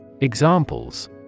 Examples